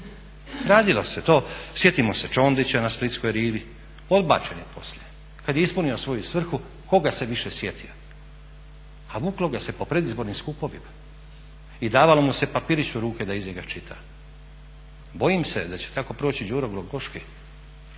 radilo se to. Sjetimo se Čondića na splitskoj Rivi, odbačen je poslije kad je ispunio svoju svrhu tko ga se više sjetio. A vuklo ga se po predizbornim skupovima i davalo mu se papirić u ruke da izađe i čita. Bojim se da će tako proći i Đuro Glogoški,